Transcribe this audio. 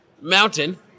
mountain